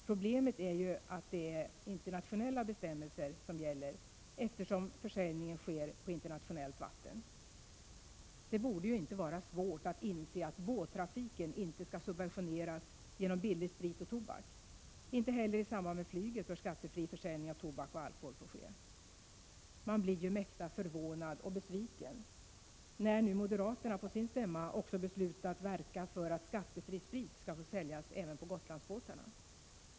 Problemet är att det är internationella bestämmelser som gäller, eftersom försäljningen sker på internationellt vatten. Det borde inte vara svårt att inse att båttrafiken inte skall subventioneras genom billig sprit och tobak. Inte heller i samband med flygning bör skattefri försäljning av tobak och alkohol få ske. Man blir mäkta förvånad — och besviken — när nu moderaterna på sin stämma beslutat att verka för att skattefri sprit skall få säljas även på Gotlandsbåtarna!